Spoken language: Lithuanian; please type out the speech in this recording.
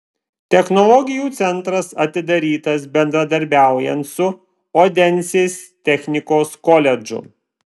technologijų centras atidarytas bendradarbiaujant su odensės technikos koledžu